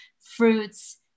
fruits